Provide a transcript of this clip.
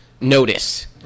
notice